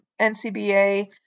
NCBA